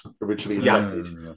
originally